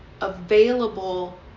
available